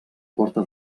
porta